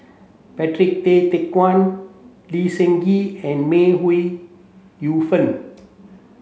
Patrick Tay Teck Guan Lee Seng Gee and May Ooi Yu Fen